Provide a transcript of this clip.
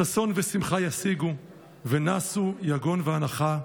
ששון ושמחה ישיגון ונסו יגון ואנחה",